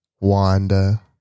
Wanda